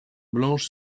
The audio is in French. blanche